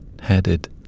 headed